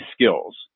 skills